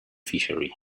fishery